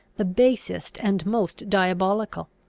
the basest and most diabolical.